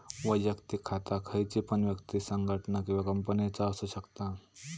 वैयक्तिक खाता खयची पण व्यक्ति, संगठना किंवा कंपनीचा असु शकता